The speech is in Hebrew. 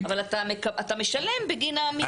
אבל אתה משלם בגין העמידה.